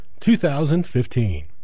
2015